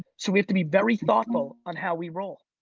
so we have to be very thoughtful on how we roll.